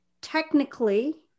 technically